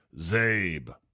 Zabe